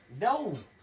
No